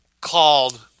called